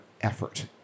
effort